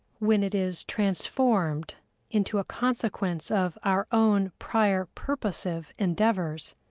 when it is transformed into a consequence of our own prior purposive endeavors,